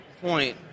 point